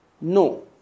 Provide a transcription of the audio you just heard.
No